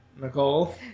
Nicole